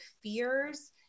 fears